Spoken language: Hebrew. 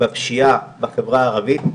בפשיעה בחברה הערבית,